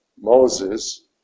Moses